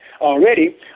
already